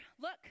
Look